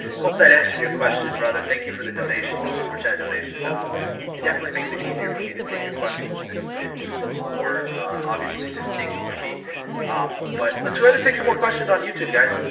hope that answered your question brother. thank you for the donation the super chat donation um it definitely makes it easier for me to take your questions since it's it's more obviously distinct for me but let's rather take some more questions on youtube guys.